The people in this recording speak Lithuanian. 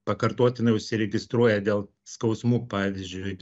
pakartotinai užsiregistruoja dėl skausmų pavyzdžiui